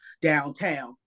downtown